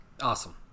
Awesome